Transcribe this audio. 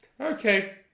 Okay